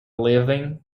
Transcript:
leaving